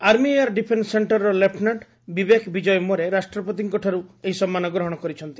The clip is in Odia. army air defence sector lieutenant Vivek Vijay More ରାଷ୍ଟ୍ରପତିଙ୍କଠାରୁ ଏହି ସମ୍ମାନ ଗ୍ରହଶ କରିଛନ୍ତି